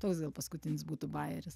toks gal paskutinis būtų bajeris